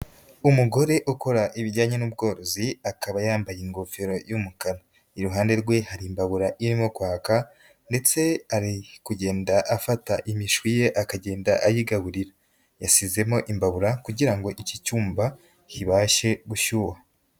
Umugore ukora ibijyanye n'ubworozi akaba yambaye ingofero y'umukara, iruhande rwe hari imbabura irimo kwaka ndetse ari kugenda afata imishwi ye akagenda ayigaburira, yasizemo imbabura kugira ngo iki cyumba kibashe gushyuha.